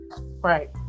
right